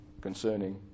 concerning